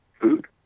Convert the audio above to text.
food